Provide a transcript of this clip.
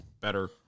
better